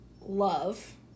love